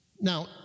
Now